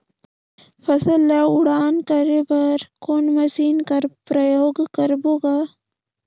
फसल ल उड़ान करे बर कोन मशीन कर प्रयोग करबो ग?